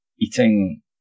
eating